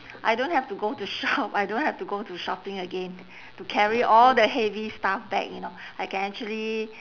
I don't have to go to shop I don't have to go to shopping again to carry all the heavy stuff back you know I can actually